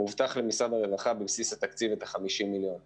מובטח למשרד הרווחה בבסיס התקציב 50 מיליון שקלים.